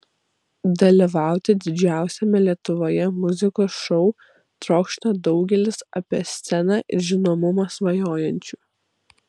dalyvauti didžiausiame lietuvoje muzikos šou trokšta daugelis apie sceną ir žinomumą svajojančių